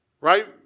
Right